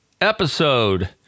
episode